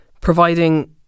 providing